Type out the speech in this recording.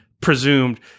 presumed